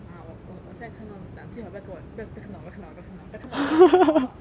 !huh! 我我我现在看到就想最好不要跟我不要不要看到我不要看到我不要看到我不要看到我不要看到我